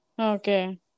Okay